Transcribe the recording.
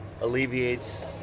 alleviates